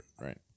right